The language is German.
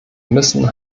müssen